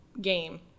game